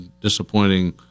disappointing